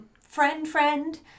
friend-friend